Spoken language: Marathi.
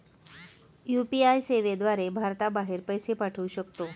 यू.पी.आय सेवेद्वारे भारताबाहेर पैसे पाठवू शकतो